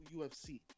UFC